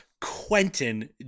Quentin